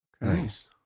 Nice